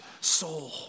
soul